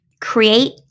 create